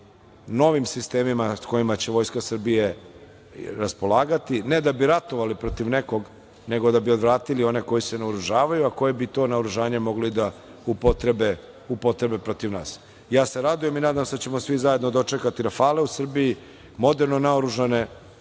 novim sistemima sa kojima će Vojska Srbije raspolagati, ne da bi ratovali protiv nekog, nego da bi odvratili one koji se naoružavaju, a koji bi to naoružanje mogli da upotrebe protiv nas. Radujem se i nadam se da ćemo svi zajedno dočekati Rafale u Srbiji, moderno naoružane